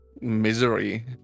misery